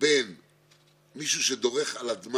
שזה ילך לאותן